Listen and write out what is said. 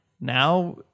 Now